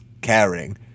caring